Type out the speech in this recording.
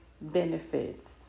benefits